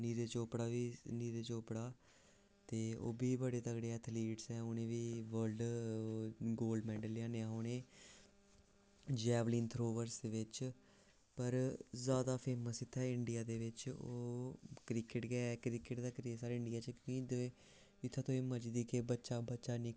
नीरज चोपड़ा बी नीरज चोपड़ा ते ओह् बी बड़े तगड़े एथलीट्स ऐ उ'नें बी वर्ल्ड गोल्ड मैडल लेई आह्नेआ उ'नें जैवलिन थ्रोअस दे बिच्च पर जादै फेमस इत्थें इंडिया दे बिच्च ओह् क्रिकेट गै क्रिकेट दा क्रेज साढ़े इंडिया दे बिच्च की के ते इत्थें तुसें मर्जी दिक्खो बच्चा बच्चा निक्का